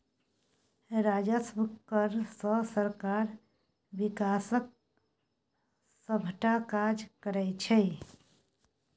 राजस्व कर सँ सरकार बिकासक सभटा काज करैत छै